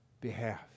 behalf